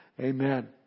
Amen